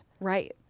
Right